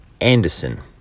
Anderson